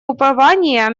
упования